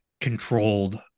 controlled